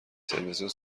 تلویزیون